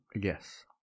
Yes